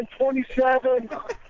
27